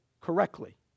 correctly